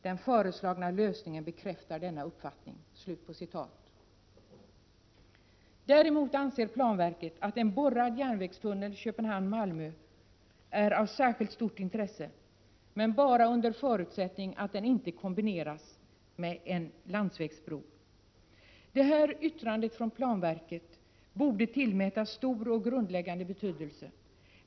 Den föreslagna lösningen bekräftar denna uppfattning.” Däremot anser planverket att en borrad järnvägstunnel Köpenhamn Malmö är av särskilt stort intresse, men bara under förutsättning att den inte kombineras med en landsvägsbro. Det här yttrandet från planverket borde tillmätas stor och grundläggande betydelse.